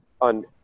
on